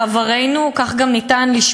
ראשון הדוברים, אוסאמה סעדי.